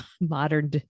modern